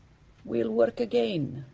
we'll work again,